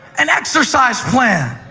an exercise plan,